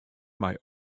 mei